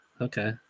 Okay